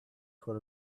put